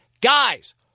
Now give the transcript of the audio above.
guys